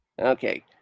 Okay